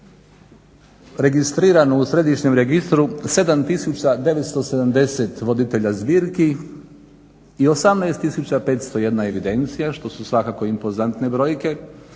registrirano u središnjem registru 7970 voditelja zbirki i 18501 evidencija, što su svakako impozantne brojke.